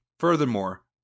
Furthermore